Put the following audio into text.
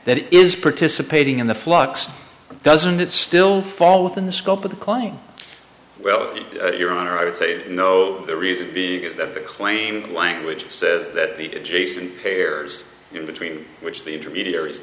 that is participating in the flux doesn't it still fall within the scope of the claim well your honor i would say no the reason being is that the claim language says that he did jason pairs in between which the intermediaries